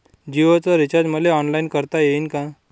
जीओच रिचार्ज मले ऑनलाईन करता येईन का?